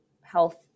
health